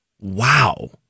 Wow